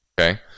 Okay